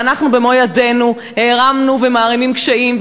ואנחנו במו ידינו הערמנו ומערימים קשיים,